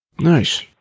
Nice